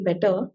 better